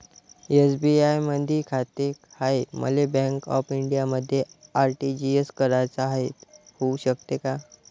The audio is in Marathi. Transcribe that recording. एस.बी.आय मधी खाते हाय, मले बँक ऑफ इंडियामध्ये आर.टी.जी.एस कराच हाय, होऊ शकते का?